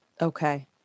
Okay